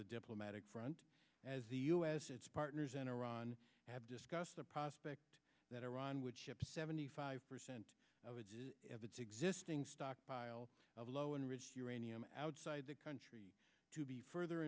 the diplomatic front as the u s as partners and iran have discussed the prospect that iran would ship seventy five percent of its existing stockpile of low enriched uranium outside the country to be further